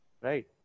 right